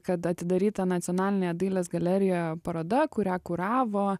kad atidaryta nacionalinėje dailės galerijoje paroda kurią kuravo